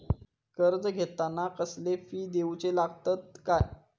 कर्ज घेताना कसले फी दिऊचे लागतत काय?